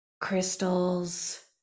crystals